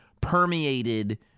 permeated